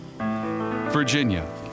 Virginia